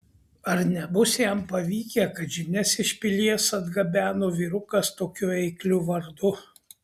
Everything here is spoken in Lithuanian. ar nebus jam pavykę kad žinias iš pilies atgabeno vyrukas tokiu eikliu vardu